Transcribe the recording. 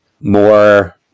more